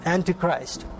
Antichrist